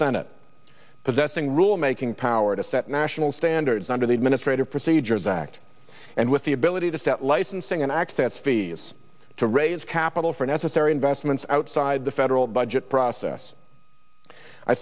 senate possessing rulemaking power to set national standards under the ministry procedures act and with the ability to set licensing and access fees to raise capital for necessary investments outside the federal budget process i